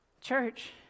church